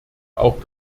auch